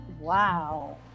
Wow